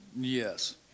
Yes